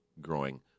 growing